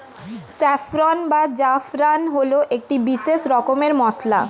saffron বা জাফরান হল একটি বিশেষ রকমের মশলা